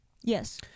Yes